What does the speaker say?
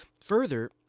Further